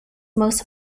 most